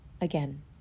again